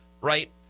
Right